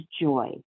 joy